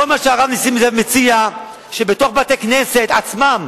כל מה שהרב נסים זאב מציע זה שבתוך בתי-הכנסת עצמם,